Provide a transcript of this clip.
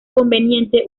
conveniente